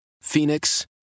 Phoenix